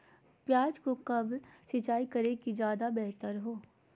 प्याज को कब कब सिंचाई करे कि ज्यादा व्यहतर हहो?